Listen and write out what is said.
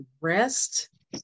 rest